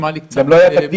זה יעורר